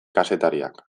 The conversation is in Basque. kazetariak